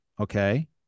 okay